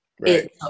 Right